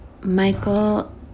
michael